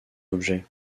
objet